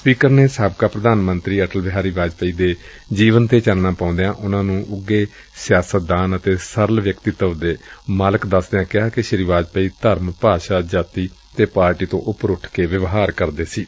speaker ਨੇ ਸਾਬਕਾ ਪ੍ਰਧਾਨ ਮੰਤਰੀ ਅਟਲ ਬਿਹਾਰੀ ਵਾਜਪਾਈ ਦੇ ਜੀਵਨ ਤੇ ਚਾਨਣਾ ਪਾਉਂਦਿਆਂ ਉਨੂਾਂ ਨੂੰ ਉਘੇ ਸਿਆਸਤਦਾਨ ਤੇ ਸਰਲ ਵਿਅਕਤੀਤਵ ਦੇ ਮਾਲਕ ਦਸਦਿਆਂ ਕਿਹਾ ਕਿ ਸ੍ਰੀ ਵਾਜਪਾਈ ਧਰਮ ਭਾਸ਼ਾ ਜਾਤੀ ਪਾਰਟੀ ਤੋਂ ਉਪਰ ਉੱਠ ਕੇ ਵਿਵਹਾਰ ਕਰਦੇ ਸਨ